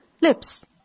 lips